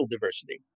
diversity